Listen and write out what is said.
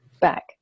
back